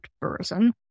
person